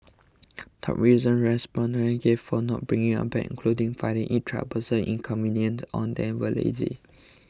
top reasons respondents gave for not bringing a bag included finding it troublesome inconvenient on they were lazy